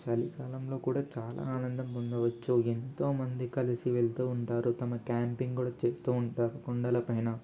చలికాలములో కూడా చాలా ఆనందం పొందవచ్చు ఎంతోమంది కలిసి వెళ్తూ ఉంటారు తమ క్యాంపింగ్ కూడా చేస్తూ ఉంటారు కొండలపైన